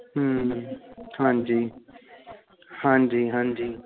ਹਾਂਜੀ ਹਾਂਜੀ ਹਾਂਜੀ